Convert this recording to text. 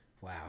wow